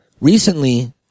recently